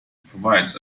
provides